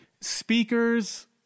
speakers